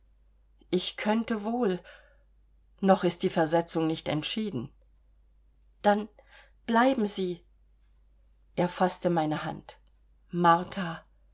ich könnte wohl noch ist die versetzung nicht entschieden dann bleiben sie er faßte meine hand martha